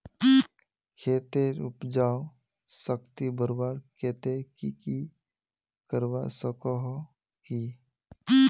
खेतेर उपजाऊ शक्ति बढ़वार केते की की करवा सकोहो ही?